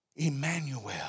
Emmanuel